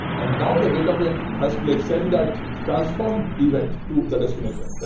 and now the data plane has to like send that transform event to the destination.